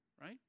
right